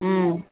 ம்